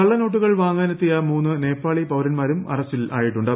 കള്ളനോട്ടുകൾ വാങ്ങാനെത്തിയ മൂന്ന് നേപ്പുഴ്ളി പ്പൌരന്മാരും അറസ്റ്റിലായിട്ടുണ്ട്